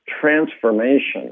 transformation